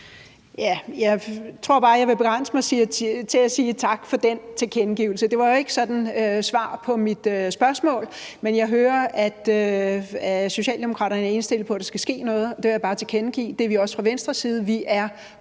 Jeg tror bare, jeg vil begrænse mig til at sige tak for den tilkendegivelse. Det var jo ikke et svar på mit spørgsmål, men jeg hører, at Socialdemokraterne er indstillet på, at der skal ske noget, og jeg vil bare tilkendegive, at det er vi også fra Venstres side.